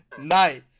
Nice